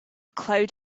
cloud